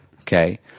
Okay